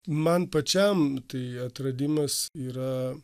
man pačiam tai atradimas yra